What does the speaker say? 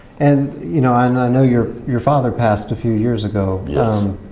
and, you know, and i know your your father passed a few years ago. yeah